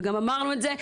וגם אמרנו את זה,